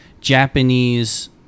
Japanese